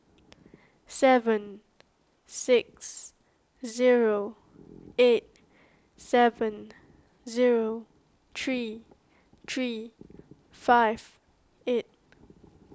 seven six zero eight seven zero three three five eight